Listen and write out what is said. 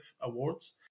Awards